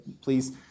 please